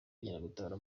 inkeragutabara